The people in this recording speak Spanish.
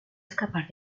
escapar